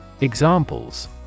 Examples